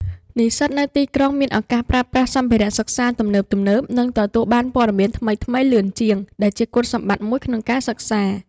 និស្សិតនៅទីក្រុងមានឱកាសប្រើប្រាស់សម្ភារៈសិក្សាទំនើបៗ និងទទួលបានព័ត៌មានថ្មីៗលឿនជាង ដែលជាគុណសម្បត្តិមួយក្នុងការសិក្សា។